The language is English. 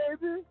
baby